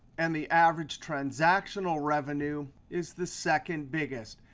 and the average transactional revenue is the second biggest.